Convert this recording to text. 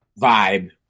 vibe